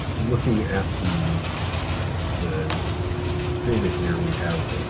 looking at the the data here we have